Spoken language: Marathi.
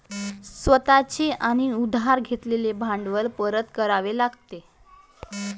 स्वतः चे आणि उधार घेतलेले भांडवल परत करावे लागेल